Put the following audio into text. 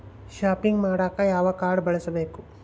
Shopping ಮಾಡಾಕ ಯಾವ card ಬಳಸಬೇಕು?